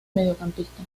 mediocampista